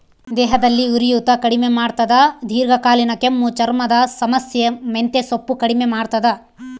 ದೇಹದಲ್ಲಿ ಉರಿಯೂತ ಕಡಿಮೆ ಮಾಡ್ತಾದ ದೀರ್ಘಕಾಲೀನ ಕೆಮ್ಮು ಚರ್ಮದ ಸಮಸ್ಯೆ ಮೆಂತೆಸೊಪ್ಪು ಕಡಿಮೆ ಮಾಡ್ತಾದ